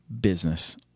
business